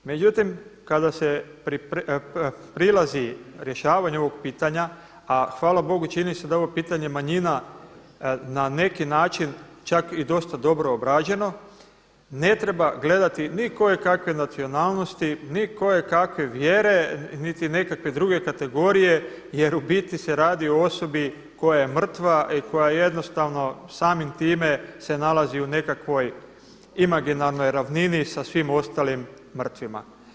Međutim, kada se prilazi rješavanju ovog pitanja, a hvala Bogu čini se da je ovo pitanje manjina na neki način čak i dosta dobro obrađeno ne treba gledati ni tko je kakve nacionalnosti, ni tko je kakve vjere niti nekakve druge kategorije jer u biti se radi o osobi koja je mrtva i koja jednostavno samim time se nalazi u nekakvoj imaginarnoj ravnini sa svim ostalim mrtvima.